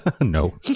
no